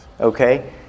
Okay